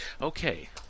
Okay